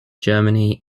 germany